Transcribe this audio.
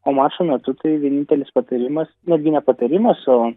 o mačo metu tai vienintelis patarimas netgi ne patarimas o